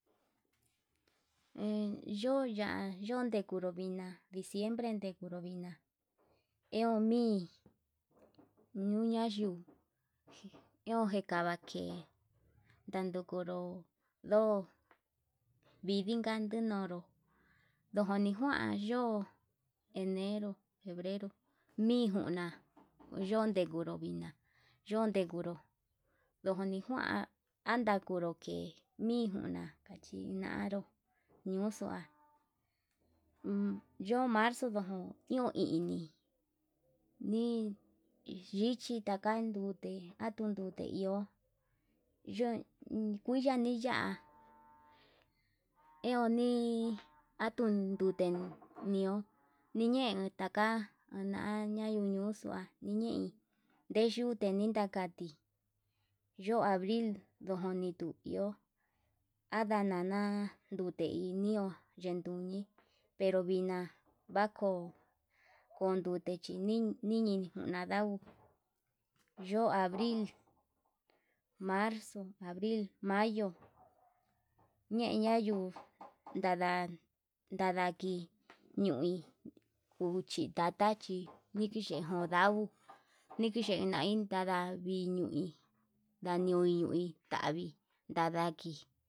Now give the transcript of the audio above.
En yo'o ya'á yuu ndekuru vina diciembre ndekuruvina ehu mii, ñuña yuu iho ikavake ndandukuru no'o nikada iin ndaniuru ndojo ni kuan yo'o, enero febrero nii njuna yon ndekoro vina'a yondekuru yoni njuan anakunru ke'e, mijuna kachi nanró ñundua yo'ó marzo ndojo iho ini nii yichi takan ndute atun ndo'o iho yo'o kuiya niya'a euni atun ndute nio niyee taka, nanaya nunuxua niñei ninyute nindaka ti yo'ó abril ndijuniti yuu iho, adanana yute ininua ndenduni pero vina ako'o kondute chinin ninjuña ndau yo'ó abril, marzo, abril, mayo, ñeña ñuu ñanda ñandaki ñuu kuchi tata chí nikii yun ndavo'o niken nai tada vii ñui ndañuñui tavii ndada kii.